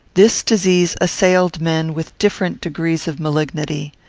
this disease assailed men with different degrees of malignity.